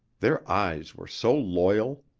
their eyes were so loyal!